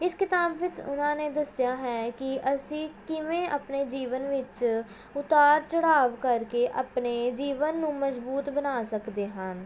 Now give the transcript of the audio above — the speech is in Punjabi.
ਇਸ ਕਿਤਾਬ ਵਿੱਚ ਉਹਨਾਂ ਨੇ ਦੱਸਿਆ ਹੈ ਕਿ ਅਸੀਂ ਕਿਵੇਂ ਆਪਣੇ ਜੀਵਨ ਵਿੱਚ ਉਤਾਰ ਚੜ੍ਹਾਅ ਕਰਕੇ ਆਪਣੇ ਜੀਵਨ ਨੂੰ ਮਜ਼ਬੂਤ ਬਣਾ ਸਕਦੇ ਹਨ